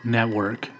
Network